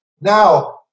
Now